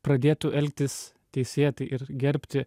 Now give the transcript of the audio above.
pradėtų elgtis teisėtai ir gerbti